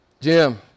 Jim